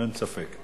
אין ספק.